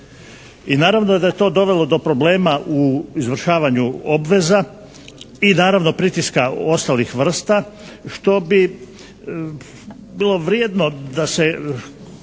I naravno da je to dovelo do problema u izvršavanju obveza i naravno pritiska ostalih vrsta što bi bilo vrijedno da se